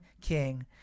king